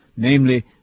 namely